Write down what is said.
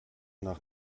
nach